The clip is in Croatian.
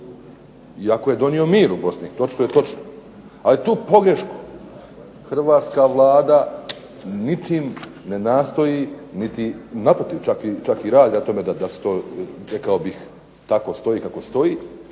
iako je donio mir u Bosni, to je točno. Ali tu pogrešku hrvatska Vlada ničim ne nastoji, naprotiv čak i radi na tome da se to rekao bih stoji kako stoji,